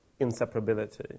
inseparability